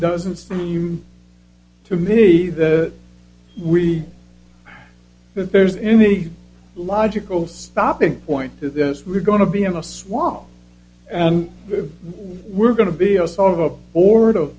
doesn't seem to me that we that there's any logical stopping point to this we're going to be in a swamp and we're going to be a sort of a board of